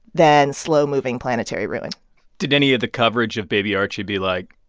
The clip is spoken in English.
than slow-moving planetary ruin did any of the coverage of baby archie be like,